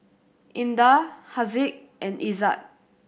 Indah Haziq and Izzat